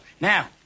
Now